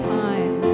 time